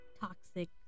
toxic